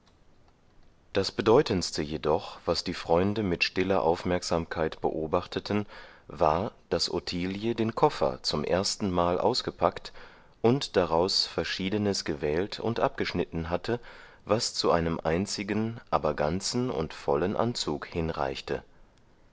das bedeutendste jedoch was die freunde mit stiller aufmerksamkeit beobachteten war daß ottilie den koffer zum erstenmal ausgepackt und daraus verschiedenes gewählt und abgeschnitten hatte was zu einem einzigen aber ganzen und vollen anzug hinreichte